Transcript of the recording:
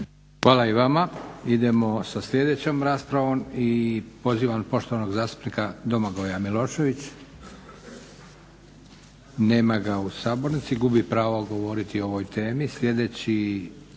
Hvala i vama. Idemo sa sljedećom raspravom i pozivam poštovanog zastupnika Domagoja Miloševića. Nema ga u sabornici, gubi pravo govoriti o ovoj temi.